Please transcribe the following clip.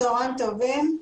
צוהריים טובים.